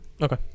Okay